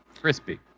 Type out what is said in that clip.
Crispy